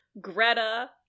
Greta